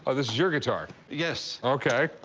ah this is your guitar? yes. ok.